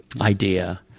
idea –